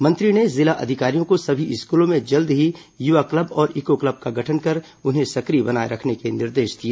मंत्री ने जिला अधिकारियों को सभी स्कूलों में जल्द ही युवा क्लब और इको क्लब का गठन कर उन्हें सक्रिय बनाए रखने के निर्देश दिए